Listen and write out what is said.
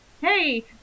hey